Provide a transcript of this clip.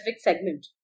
segment